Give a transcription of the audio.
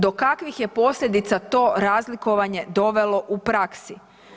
Do kakvih je posljedica to razlikovanje dovelo u praksi?